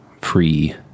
free